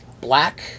black